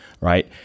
right